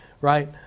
right